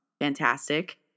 fantastic